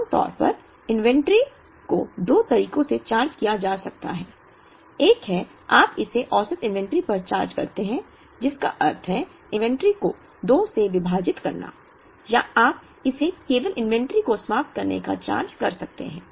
आम तौर पर इन्वेंट्री को दो तरीकों से चार्ज किया जा सकता है एक है आप इसे औसत इन्वेंट्री पर चार्ज करते हैं जिसका अर्थ है इन्वेंट्री प्लस एंड इन्वेंट्री को 2 से विभाजित करना या आप इसे केवल इन्वेंट्री को समाप्त करने पर चार्ज कर सकते हैं